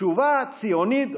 תשובה ציונית הולמת,